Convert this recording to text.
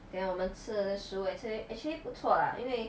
then 我们吃了那食物 actual~ actually 不错啦因为